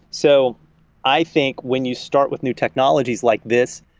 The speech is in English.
so i think when you start with new technologies like this,